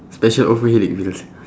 special offer headache pills